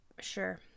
Sure